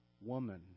woman